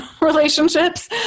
relationships